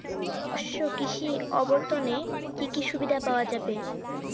শস্য কৃষি অবর্তনে কি সুবিধা পাওয়া যাবে?